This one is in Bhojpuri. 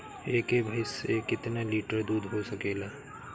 एक भइस से कितना लिटर दूध हो सकेला?